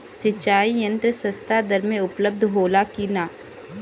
सिंचाई यंत्र सस्ता दर में उपलब्ध होला कि न?